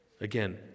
again